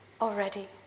already